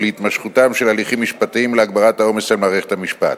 להתמשכותם של הליכים משפטיים ולהגברת העומס על מערכת המשפט.